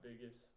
biggest